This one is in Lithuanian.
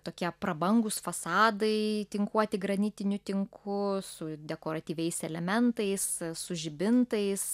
tokie prabangūs fasadai tinkuoti granitiniu tinku su dekoratyviais elementais su žibintais